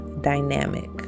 dynamic